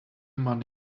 money